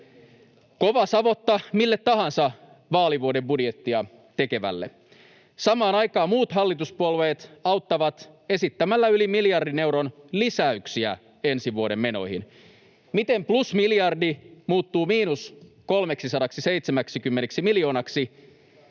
kova savotta mille tahansa vaalivuoden budjettia tekevälle. Samaan aikaan muut hallituspuolueet auttavat esittämällä yli miljardin euron lisäyksiä ensi vuoden menoihin. Miten plus miljardi muuttuu miinus 370 miljoonaksi?